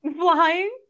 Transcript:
flying